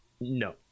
No